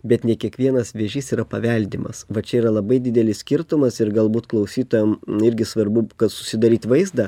bet ne kiekvienas vėžys yra paveldimas va čia yra labai didelis skirtumas ir galbūt klausytojam irgi svarbu kad susidaryt vaizdą